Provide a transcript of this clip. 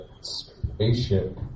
Spaceship